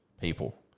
people